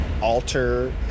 alter